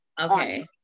Okay